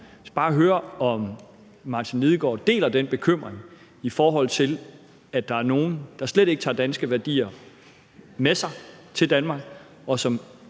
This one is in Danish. bare høre, om Martin Lidegaard deler den bekymring over, at der er nogle, der slet ikke tager danske værdier med sig til Danmark, og som